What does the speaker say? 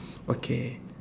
okay